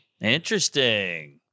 Interesting